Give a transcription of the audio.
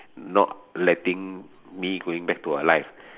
not letting me going back to her life